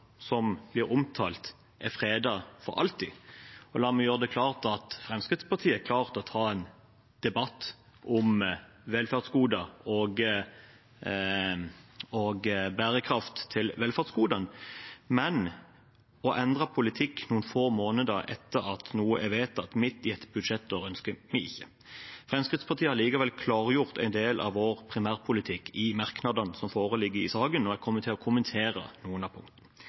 som blir omtalt, er fredet for alltid. La meg gjøre det klart at Fremskrittspartiet er klar til å ta en debatt om velferdsgoder og bærekraften i velferdsgodene, men å endre politikk noen få måneder etter at noe er vedtatt, midt i et budsjettår, ønsker vi ikke. Fremskrittspartiet har likevel klargjort en del av sin primærpolitikk i merknadene som foreligger i saken, og jeg kommer til å kommentere noen av